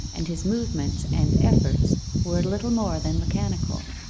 and his movements and efforts were little more than mechanical.